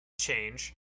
change